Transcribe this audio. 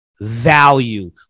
value